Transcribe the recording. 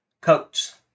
coats